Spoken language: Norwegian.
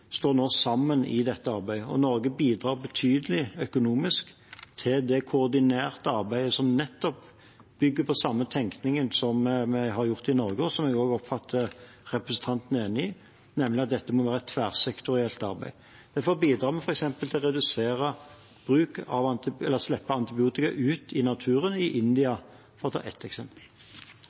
nå står sammen i dette arbeidet. Norge bidrar betydelig økonomisk til det koordinerte arbeidet, som nettopp bygger på den samme tenkningen som vi har hatt i Norge, og som jeg også oppfatter at representanten er enig i, nemlig at dette må være et tverrsektorielt arbeid. Derfor bidrar vi f.eks. til å redusere utslipp av antibiotika i naturen i India, for å ta ett eksempel.